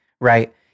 right